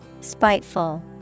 Spiteful